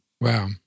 Wow